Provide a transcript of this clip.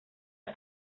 ist